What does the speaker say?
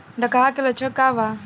डकहा के लक्षण का वा?